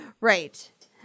Right